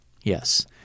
Yes